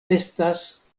estas